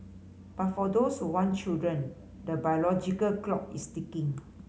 but for those who want children the biological clock is ticking